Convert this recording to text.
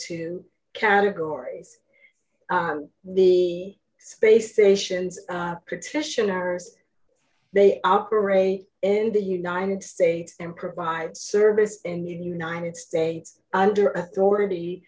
two categories the space stations petitioner's they operate in the united states and provide service and united states under authority